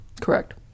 Correct